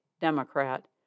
Democrat